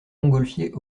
montgolfier